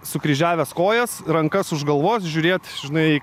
sukryžiavęs kojas rankas už galvos žiūrėt žinai